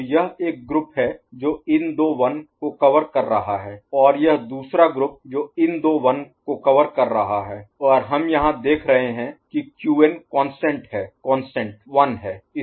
तो यह एक ग्रुप है जो इन दो 1s को कवर कर रहा है और यह दूसरा ग्रुप जो इन दो 1s को कवर कर रहा है और हम यहां देख रहे हैं कि Qn कांस्टेंट 0 है और J कांस्टेंट 1 है